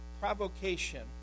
Provocation